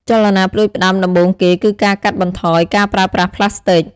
ចលនាផ្តួចផ្តើមដំបូងគេគឺការកាត់បន្ថយការប្រើប្រាស់ប្លាស្ទិក។